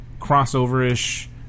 crossover-ish